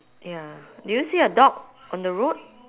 ya do you see a dog on the road